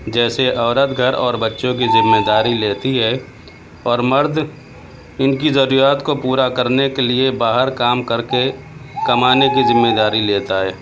جیسے عورت گھر اور بچوں کی ذمے داری لیتی ہے اور مرد ان کی ضروریات کو پورا کرنے کے لیے باہر کام کر کے کمانے کی ذمے داری لیتا ہے